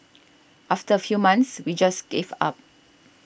after a few months we just gave up